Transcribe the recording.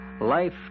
life